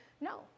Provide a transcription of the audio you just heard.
no